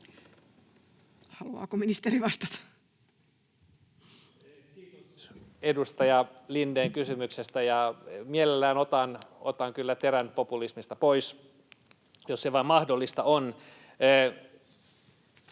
18:00 Content: Kiitos, edustaja Lindén, kysymyksestä. Mielelläni otan kyllä terän populismista pois, jos se vain mahdollista on.